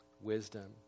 wisdom